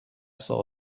saw